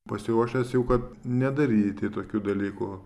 pasiruošęs jau kad nedaryti tokių dalykų